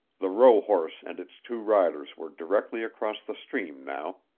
the rohorse and its two riders were directly across the stream now.